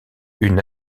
une